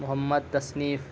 محمد تصنیف